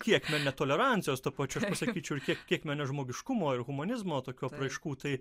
kiek na netolerancijos tuo pačiu sakyčiau kiek kiek ne nežmogiškumo ir humanizmo tokių apraiškų tai